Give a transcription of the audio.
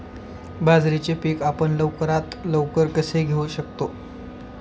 बाजरीचे पीक आपण लवकरात लवकर कसे घेऊ शकतो?